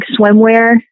swimwear